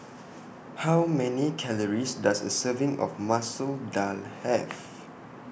How Many Calories Does A Serving of Masoor Dal Have